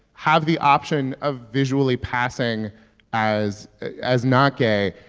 have the option of visually passing as as not gay,